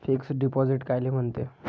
Fix deposit कायले म्हनते?